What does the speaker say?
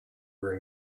are